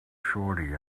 shorty